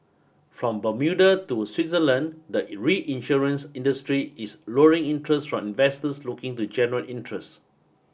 from Bermuda to Switzerland the reinsurance industry is luring interest from investors looking to generate interest